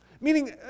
Meaning